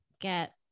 get